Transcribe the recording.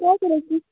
मग काय करायचं